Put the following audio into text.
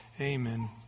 Amen